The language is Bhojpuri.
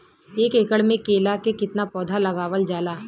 एक एकड़ में केला के कितना पौधा लगावल जाला?